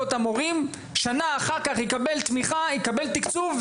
אותם הורים בשנה אחר כך תקבל תמיכה ותקצוב?